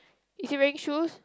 is he wearing shoes